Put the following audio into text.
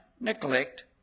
neglect